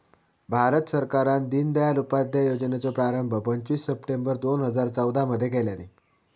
भारत सरकारान दिनदयाल उपाध्याय योजनेचो प्रारंभ पंचवीस सप्टेंबर दोन हजार चौदा मध्ये केल्यानी